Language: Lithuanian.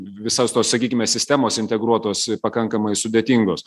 visos tos sakykime sistemos integruotos pakankamai sudėtingos